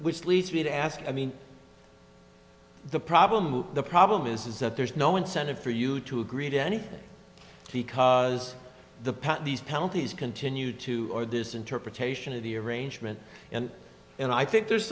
which leads me to ask i mean the problem the problem is is that there's no incentive for you to agree to anything because the path these penalties continue to or this interpretation of the arrangement and and i think there's